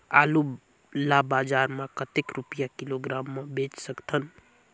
आलू ला बजार मां कतेक रुपिया किलोग्राम म बेच सकथन?